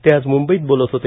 ते आज मुंबईत बोलत होते